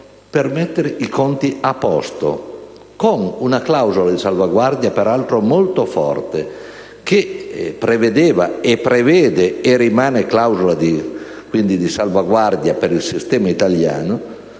per mettere i conti a posto, con una clausola di salvaguardia peraltro molto forte, che prevedeva e prevede - rimanendo clausola di salvaguardia, per il sistema italiano